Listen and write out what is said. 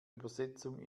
übersetzung